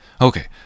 Okay